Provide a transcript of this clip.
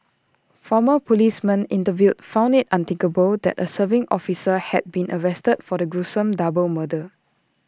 former policemen interviewed found IT unthinkable that A serving officer had been arrested for the gruesome double murder